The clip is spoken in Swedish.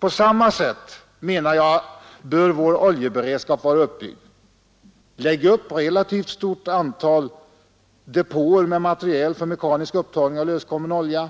På samma sätt, menar jag, bör vår oljeskyddsberedskap vara uppbyggd. Lägg upp ett relativt stort antal depåer med materiel för mekanisk upptagning av löskommen olja.